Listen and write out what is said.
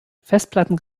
festplatten